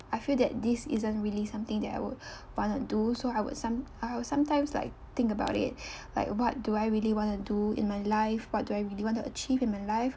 I feel that this isn't really something that I would want to do so I would some I would sometimes like think about it like what do I really want to do in my life what do I really want to achieve in my life